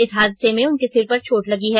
इस हादसे में उनके सिर पर चोट लगी है